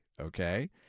okay